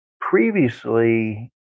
previously